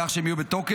כך שהן יהיו בתוקף